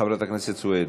חברת הכנסת סויד,